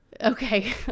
okay